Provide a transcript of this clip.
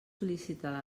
sol·licitar